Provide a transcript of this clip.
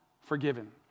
forgiven